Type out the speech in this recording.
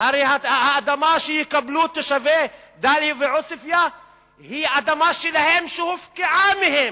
הרי האדמה שיקבלו תושבי דאליה ועוספיא היא אדמה שלהם שהופקעה מהם,